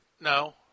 no